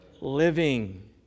living